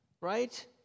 Right